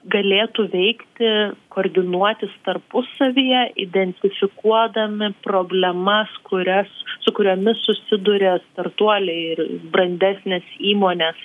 galėtų veikti koordinuotis tarpusavyje identifikuodami problemas kurias su kuriomis susiduria startuoliai ir brandesnės įmonės